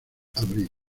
abril